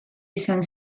izan